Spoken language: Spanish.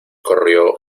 corrió